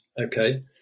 okay